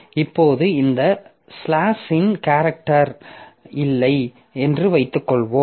இப்போது இந்த ஸ்லாஷ் இன் கேரக்டர் இல்லை என்று வைத்துக்கொள்வோம்